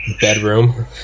bedroom